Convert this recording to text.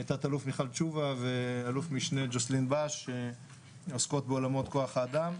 תא"ל מיכל תשובה ואל"מ ג'וסלין בש שעוסקות בעולמות כוח האדם.